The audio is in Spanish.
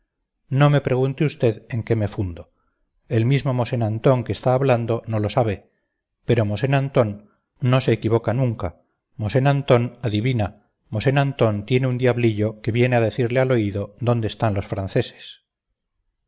no me pregunte usted en qué me fundo el mismo mosén antón que está hablando no lo sabe pero mosén antón no se equivoca nunca mosén antón adivina mosén antón tiene un diablillo que viene a decirle al oído dónde están los franceses